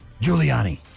Giuliani